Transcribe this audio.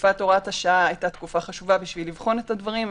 תקופת הוראת השעה היתה תקופה חשובה כדי לבחון את הדברים,